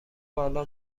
بالا